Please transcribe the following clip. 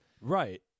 Right